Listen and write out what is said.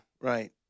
right